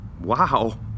wow